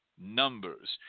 numbers